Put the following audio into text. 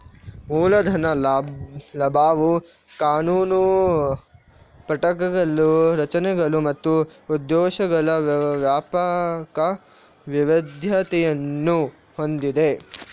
ಮೂಲ ಧನ ಲಾಭವು ಕಾನೂನು ಘಟಕಗಳು, ರಚನೆಗಳು ಮತ್ತು ಉದ್ದೇಶಗಳ ವ್ಯಾಪಕ ವೈವಿಧ್ಯತೆಯನ್ನು ಹೊಂದಿದೆ